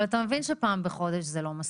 כן, אבל אתה מבין שפעם בחודש זה לא מספיק.